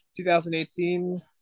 2018